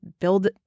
build